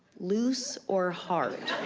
loose or hard